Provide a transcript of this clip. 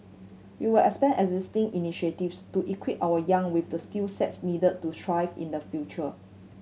we will expand existing initiatives to equip our young with the skill sets needed to thrive in the future